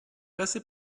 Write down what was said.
passé